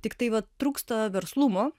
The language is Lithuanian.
tiktai va trūksta verslumo